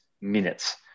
minutes